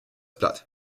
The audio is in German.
blatt